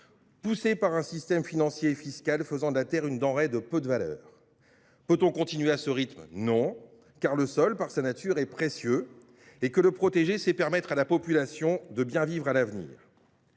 poussés par un système financier et fiscal faisant de la terre une denrée de peu de valeur. Peut on continuer à ce rythme ? Non, car le sol, par nature, est précieux ; le protéger, c’est permettre à la population de bien vivre à l’avenir.